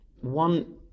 One